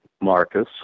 Marcus